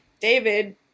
David